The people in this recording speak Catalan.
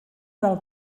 del